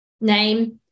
name